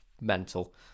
mental